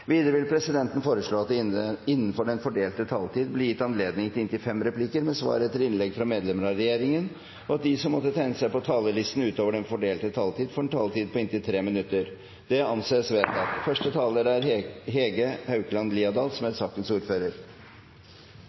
Videre vil presidenten foreslå at det – innenfor den fordelte taletid – blir gitt anledning til inntil fem replikker med svar etter innlegg fra medlemmer av regjeringen, og at de som måtte tegne seg på talerlisten utover den fordelte taletid, får en taletid på inntil 3 minutter. – Det anses vedtatt. Mediemangfold er